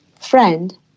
Friend